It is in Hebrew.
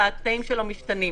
אלא התנאים שלו משתנים: